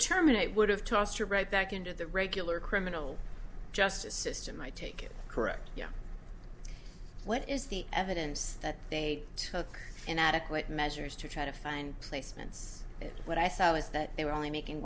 terminate would have tossed her right back into the regular criminal justice system i take it correct yeah what is the evidence that they took inadequate measures to try to find placements and what i thought was that they were only making